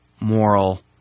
moral